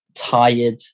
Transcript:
tired